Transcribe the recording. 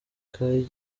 ikaye